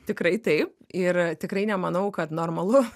tikrai taip ir tikrai nemanau kad normalu